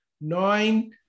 Nine